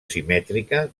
simètrica